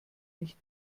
nicht